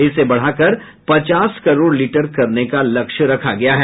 इसे बढ़ा कर पचास करोड़ लीटर करने का लक्ष्य रखा गया है